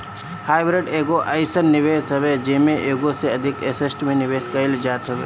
hybrid एगो अइसन निवेश हवे जेमे एगो से अधिक एसेट में निवेश कईल जात हवे